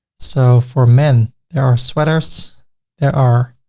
so for men, there are sweaters there are